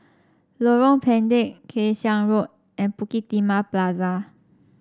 Lorong Pendek Kay Siang Road and Bukit Timah Plaza